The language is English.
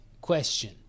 question